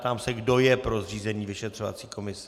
Ptám se, kdo je pro zřízení vyšetřovací komise.